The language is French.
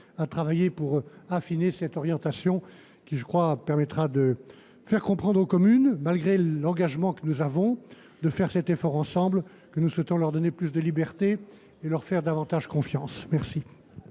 à travailler pour affiner cette orientation qui, je le crois, permettra de faire comprendre aux communes, malgré l’effort que nous devons faire ensemble – j’en ai parlé –, que nous souhaitons leur donner plus de libertés et leur faire davantage confiance. La